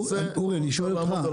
מולי אני שואל אותך,